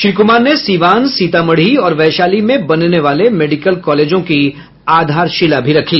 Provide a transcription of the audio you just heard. श्री कुमार ने सीवान सीतामढ़ी और वैशाली में बनने वाले मेडिकल कॉलेजों की आधारशिला भी रखी